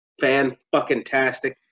fan-fucking-tastic